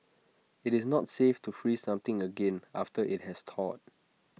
IT is not safe to freeze something again after IT has thawed